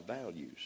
values